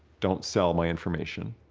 don't sell my information,